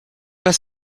pas